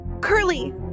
Curly